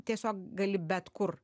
tiesiog gali bet kur